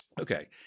Okay